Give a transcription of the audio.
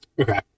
Okay